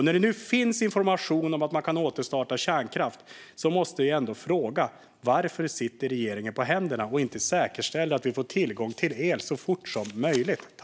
När det nu finns information om att man kan återstarta kärnkraft måste jag fråga varför regeringen sitter på händerna och inte säkerställer att vi får tillgång till el så fort som möjligt.